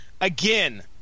Again